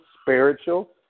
spiritual